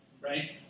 right